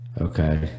Okay